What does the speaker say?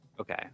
Okay